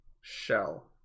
shell